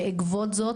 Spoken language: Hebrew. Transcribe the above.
בעקבות זאת,